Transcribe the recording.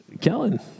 Kellen